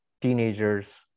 teenagers